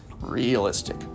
realistic